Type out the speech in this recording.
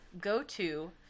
go-to